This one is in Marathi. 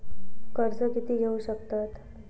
कर्ज कीती घेऊ शकतत?